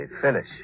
Finish